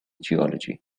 geology